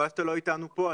חבל שאתה לא איתנו פה,